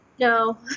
No